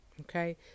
Okay